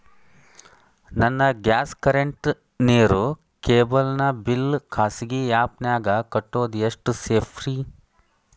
ನನ್ನ gas current, ನೇರು, cable ನ ಬಿಲ್ ಖಾಸಗಿ ಆ್ಯಪ್ ನ್ಯಾಗ್ ಕಟ್ಟೋದು ಎಷ್ಟು ಸೇಫ್ರಿ?